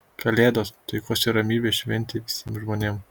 kalėdos taikos ir ramybės šventė visiem žmonėm